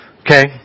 okay